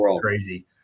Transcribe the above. crazy